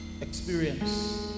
experience